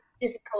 difficult